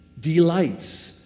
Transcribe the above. Delights